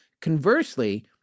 Conversely